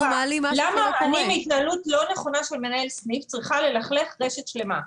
למה אני בגלל התנהלות לא נכונה של מנהל סניף צריכה ללכלך רשת שלמה?